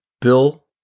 Bill